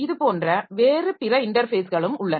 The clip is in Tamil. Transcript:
இது போன்ற வேறு பிற இன்டர்ஃபேஸ்களும் உள்ளன